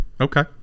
okay